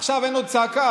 עכשיו אין עוד צעקה,